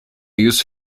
use